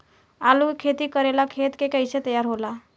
आलू के खेती करेला खेत के कैसे तैयारी होला?